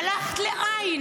הלכת לע'.